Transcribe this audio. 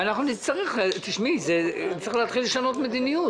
זה משהו שמצריך לשנות מדיניות,